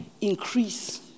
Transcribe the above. Increase